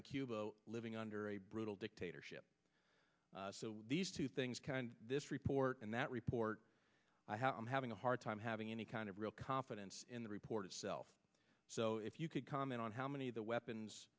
in cuba living under a brutal dictatorship so these two things kind this report and that report i have i'm having a hard time having any kind of real confidence in the report itself so if you could comment on how many of the weapons